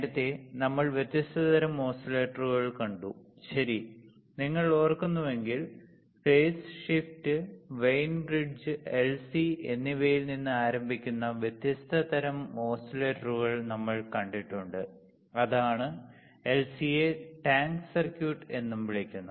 നേരത്തെ നമ്മൾ വ്യത്യസ്ത തരം ഓസിലേറ്ററുകൾ കണ്ടു ശരി നിങ്ങൾ ഓർക്കുന്നുവെങ്കിൽ phase shift Wien bridge LC എന്നിവയിൽ നിന്ന് ആരംഭിക്കുന്ന വ്യത്യസ്ത തരം ഓസിലേറ്ററുകൾ നമ്മൾ കണ്ടിട്ടുണ്ട് അതാണ് എൽസിയെ ടാങ്ക് സർക്യൂട്ട് എന്നും വിളിക്കുന്നത്